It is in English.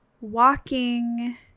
walking